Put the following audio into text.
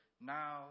Now